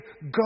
go